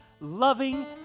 loving